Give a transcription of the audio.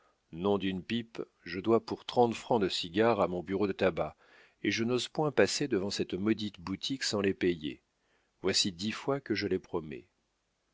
nom d'une pipe je dois pour trente francs de cigares à mon bureau de tabac et je n'ose point passer devant cette maudite boutique sans les payer voici dix fois que je les promets